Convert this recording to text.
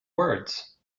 words